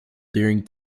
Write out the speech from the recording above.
during